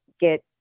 get